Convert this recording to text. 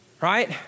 Right